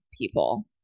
people